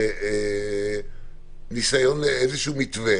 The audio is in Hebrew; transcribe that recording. איזשהו מתווה